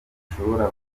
ishobora